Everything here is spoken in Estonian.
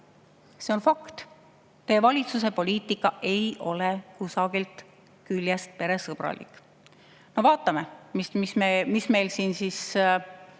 see on fakt, et teie valitsuse poliitika ei ole kusagilt küljest peresõbralik. Vaatame, mis meile siin laua